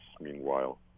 meanwhile